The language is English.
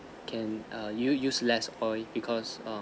can err you use less oil because um